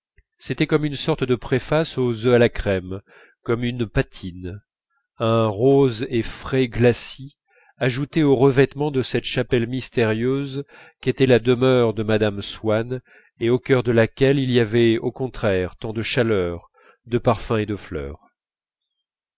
c'était comme une sorte de préface aux œufs à la crème comme une patine un rose et frais glacis ajoutés au revêtement de cette chapelle mystérieuse qu'était la demeure de mme swann et au cœur de laquelle il y avait au contraire tant de chaleur de parfums et de fleurs